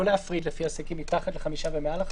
להפריד לפי עסקים מתחת לחמישה ומעל חמישה,